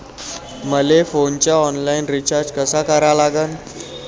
मले फोनचा online recharge कसा करा लागन?